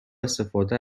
استفاده